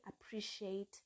appreciate